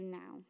now